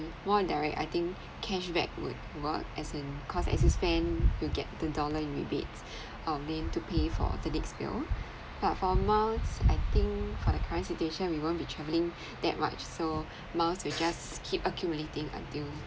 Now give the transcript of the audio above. more direct I think cashback would worth as in cause as it spend you get ten-dollar rebates uh meant to pay for the next bill but for miles I think for the current situation we won't be travelling that much so miles you just keep accumulating until